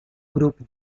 grupo